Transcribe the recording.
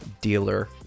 dealer